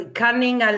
cunning